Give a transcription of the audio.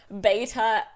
beta